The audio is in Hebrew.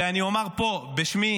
ואני אומר פה בשמי,